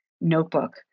notebook